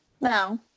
No